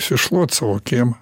išsišluot savo kiemą